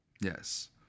Yes